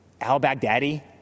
Al-Baghdadi